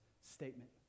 statement